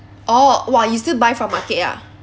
orh !wah! you still buy from market ah